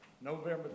November